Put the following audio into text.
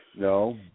No